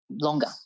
longer